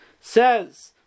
says